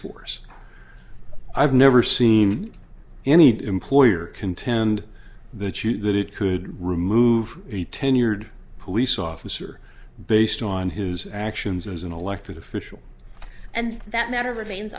force i've never seen any employer contend that you that it could remove a tenured police officer based on his actions as an elected official and that matter remains